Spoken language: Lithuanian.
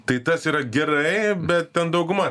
tai tas yra gerai bet ten dauguma